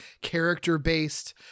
character-based